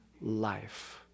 life